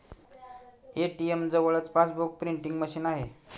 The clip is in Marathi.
ए.टी.एम जवळच पासबुक प्रिंटिंग मशीन आहे